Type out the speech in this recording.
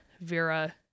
Vera